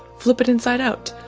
flip it inside out,